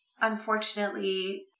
unfortunately